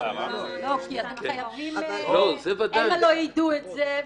הם לא ידעו את זה,